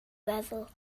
feddwl